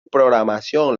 programación